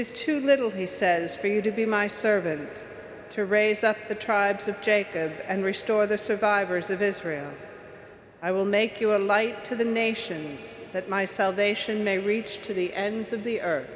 is too little he says for you to be my servant to raise up the tribes of jacob and restore the survivors of israel i will make you a light to the nations that my salvation may reach to the ends of the earth